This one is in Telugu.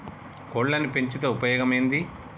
కోళ్లని పెంచితే ఉపయోగం ఏంది?